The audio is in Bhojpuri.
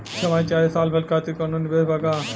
छमाही चाहे साल भर खातिर कौनों निवेश बा का?